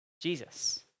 Jesus